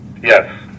Yes